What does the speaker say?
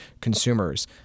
consumers